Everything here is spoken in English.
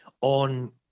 on